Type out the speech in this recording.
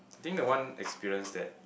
I think they want experience dad